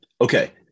Okay